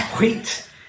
Wait